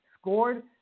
scored